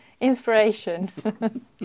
inspiration